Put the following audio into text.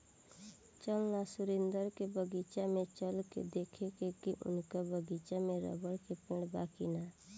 चल ना सुरेंद्र के बगीचा में चल के देखेके की उनका बगीचा में रबड़ के पेड़ बा की ना